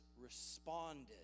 responded